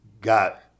got